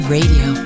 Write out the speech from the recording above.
Radio